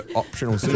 optional